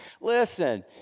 listen